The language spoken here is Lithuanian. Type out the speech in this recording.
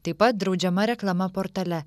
taip pat draudžiama reklama portale